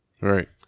Right